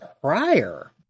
prior